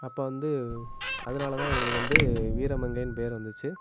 அப்போ வந்து அதனால்தான் இவங்களுக்கு வந்து வீர மங்கையின்னு பேர் வந்துச்சு